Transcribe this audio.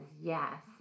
yes